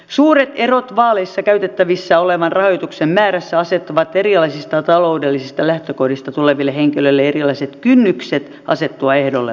suuret erot vaaleissa käytettävissä olevan rahoituksen määrässä asettavat erilaisista taloudellisista lähtökohdista tuleville henkilöille erilaiset kynnykset asettua ehdolle vaaleissa